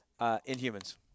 Inhumans